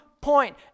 point